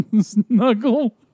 snuggle